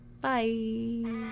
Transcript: Bye